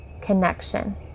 connection